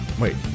Wait